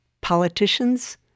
Politicians